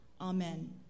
Amen